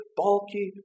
bulky